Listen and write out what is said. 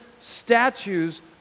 statues